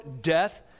death